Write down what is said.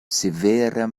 severa